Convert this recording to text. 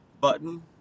button